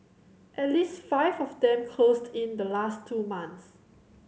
at least five of them closed in the last two months